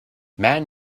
man